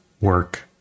work